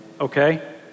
okay